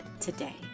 today